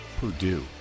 Purdue